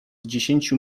dziesięciu